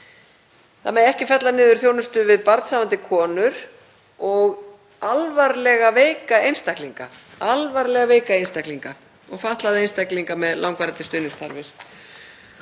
það megi ekki fella niður þjónustu við barnshafandi konur og alvarlega veika einstaklinga og fatlaða einstaklinga með langvarandi stuðningsþarfir.